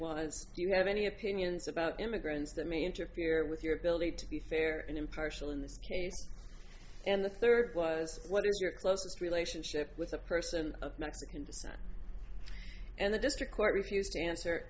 is do you have any opinions about immigrants that may interfere with your ability to be fair and impartial in this case and the third was what is your closest relationship with a person of mexican descent and the district court refused to answer